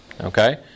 okay